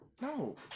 No